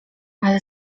ale